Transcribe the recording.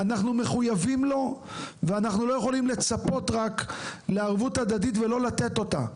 אנחנו מחויבים לו ואנחנו לא יכולים לצפות רק לערבות הדדית ולא לתת אותה.